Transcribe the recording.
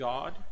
God